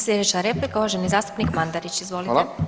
Slijedeća replika uvaženi zastupnik Mandarić, izvolite.